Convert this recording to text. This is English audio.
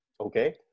okay